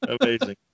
Amazing